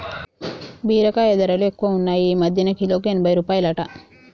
బీరకాయ ధరలు ఎక్కువున్నాయ్ ఈ మధ్యన కిలోకు ఎనభై రూపాయలట